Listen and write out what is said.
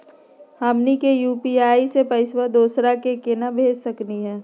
हमनी के यू.पी.आई स पैसवा दोसरा क केना भेज सकली हे?